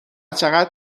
چقدر